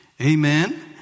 Amen